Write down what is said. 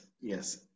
Yes